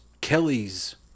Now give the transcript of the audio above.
Kelly's